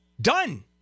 Done